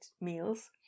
meals